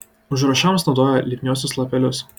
užrašams naudojo lipniuosius lapelius